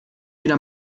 jeder